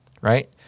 right